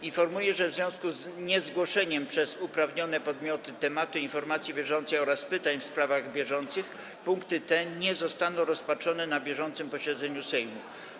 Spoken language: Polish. Informuję, że w związku z niezgłoszeniem przez uprawnione podmioty tematu informacji bieżącej oraz pytań w sprawach bieżących punkty te nie zostaną rozpatrzone na bieżącym posiedzeniu Sejmu.